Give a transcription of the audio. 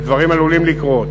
ודברים עלולים לקרות